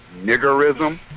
niggerism